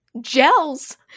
gels